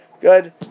good